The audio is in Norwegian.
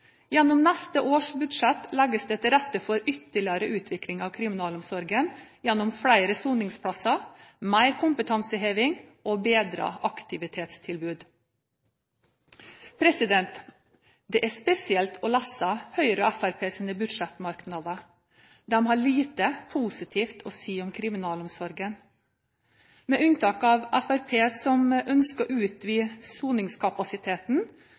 Gjennom neste års budsjett legges det til rette for ytterligere utvikling av kriminalomsorgen gjennom flere soningsplasser, mer kompetanseheving og bedret aktivitetstilbud. Det er spesielt å lese Høyres og Fremskrittspartiets budsjettmerknader. De har lite positivt å si om kriminalomsorgen. Med unntak av Fremskrittspartiet som ønsker å utvide soningskapasiteten,